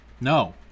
No